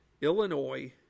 Illinois